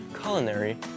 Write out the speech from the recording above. culinary